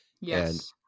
Yes